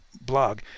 blog